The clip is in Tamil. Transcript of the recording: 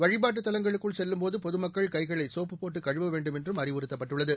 வழிபாட்டுத் தலங்களுக்குள் செல்லும்போது பொதுமக்கள் கைகளை சோப்புப் போட்டு கழுவ வேண்டும் என்றும் அறிவுறுத்தப்பட்டுள்ளது